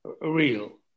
real